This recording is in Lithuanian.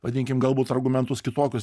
vadinkim galbūt argumentus kitokius